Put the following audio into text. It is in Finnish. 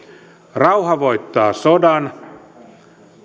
rauha voittaa sodan